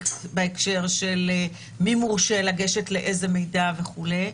בהקשר של מי מורשה לגשת לאיזה מידע וכו'.